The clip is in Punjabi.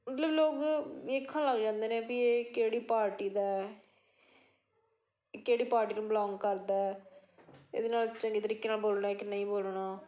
ਮਤਲਬ ਲੋਕ ਵੇਖਣ ਲੱਗ ਜਾਂਦੇ ਨੇ ਵੀ ਇਹ ਕਿਹੜੀ ਪਾਰਟੀ ਦਾ ਇਹ ਕਿਹੜੀ ਪਾਰਟੀ ਨੂੰ ਬਿਲੋਂਗ ਕਰਦਾ ਇਹਦੇ ਨਾਲ ਚੰਗੇ ਤਰੀਕੇ ਨਾਲ ਬੋਲਣਾ ਕਿ ਨਹੀਂ ਬੋਲਣਾ